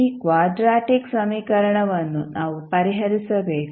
ಈ ಕ್ವಾಡರಾಟಿಕ್ ಸಮೀಕರಣವನ್ನು ನಾವು ಪರಿಹರಿಸಬೇಕು